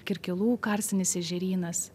kirkilų karstinis ežerynas